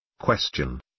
Question